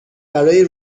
برای